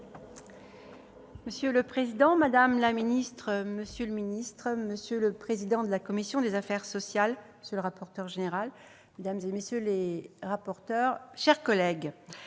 Monsieur le président, madame la ministre, monsieur le secrétaire d'État, monsieur le président de la commission des affaires sociales, monsieur le rapporteur général, mesdames, messieurs les rapporteurs, mes chers collègues,